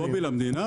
יש "וובי" למדינה?